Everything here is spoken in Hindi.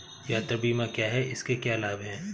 यात्रा बीमा क्या है इसके क्या लाभ हैं?